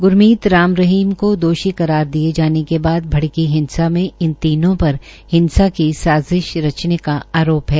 ग्रमीत राम रहीम को दोषी करार दिए जाने के बाद भड़की हिंसा में इन तीनों पर हिंसा की साजिश रचने को आरोप है